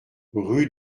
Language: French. rue